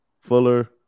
Fuller